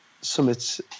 Summits